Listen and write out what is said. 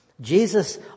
Jesus